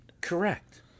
Correct